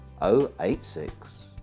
086